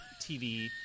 TV